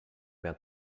mehr